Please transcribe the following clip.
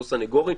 לא סנגורים,